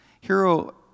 hero